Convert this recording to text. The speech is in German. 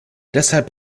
deshalb